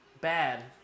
bad